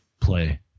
play